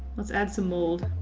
let's add some mold.